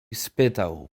spytał